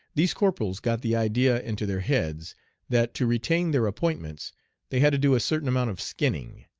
these corporals got the idea into their heads that to retain their appointments they had to do a certain amount of skinning,